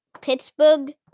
Pittsburgh